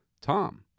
Tom